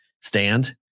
stand